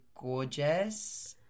gorgeous